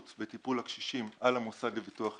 בטיפול בקשישים על המוסד לביטוח לאומי,